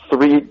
three